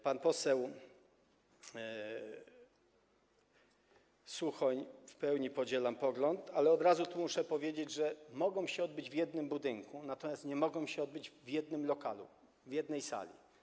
Pan poseł Suchoń - w pełni podzielam ten pogląd, ale od razu muszę powiedzieć, że mogą się odbyć w jednym budynku, natomiast nie mogą się odbyć w jednym lokalu, w jednej sali.